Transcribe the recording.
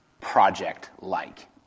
project-like